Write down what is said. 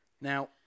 now